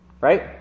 right